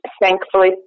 Thankfully